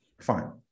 Fine